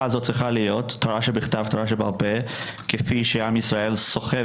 הזאת צריכה להיות תורה שבכתב ותורה שבעל פה כפי שעם ישראל סוחב